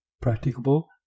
practicable